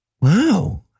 Wow